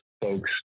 folks